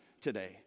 today